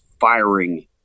firing